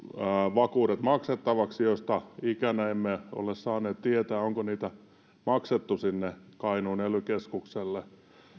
vakuudet maksettavaksi ikänä emme ole saaneet tietää onko niitä maksettu sinne kainuun ely keskukselle